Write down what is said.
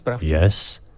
Yes